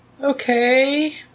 okay